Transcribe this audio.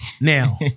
Now